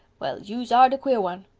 well, yous are de queer one.